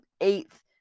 eighth